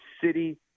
city